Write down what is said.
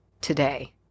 today